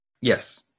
Yes